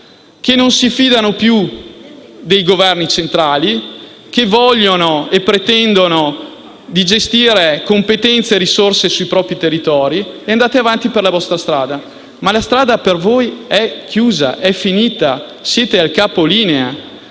che non si fidano più dei Governi centrali, che vogliono e pretendono di gestire competenze e risorse sui propri territori, e andate avanti per la vostra strada. Ma la strada per voi è chiusa, è finita, siete al capolinea,